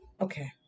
Okay